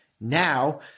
Now